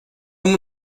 amb